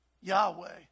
Yahweh